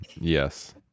Yes